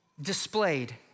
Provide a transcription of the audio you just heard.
displayed